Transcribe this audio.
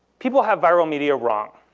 people have viral media wrong.